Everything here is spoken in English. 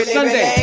Sunday